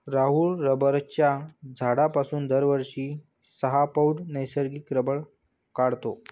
राहुल रबराच्या झाडापासून दरवर्षी सहा पौंड नैसर्गिक रबर काढतो